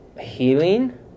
healing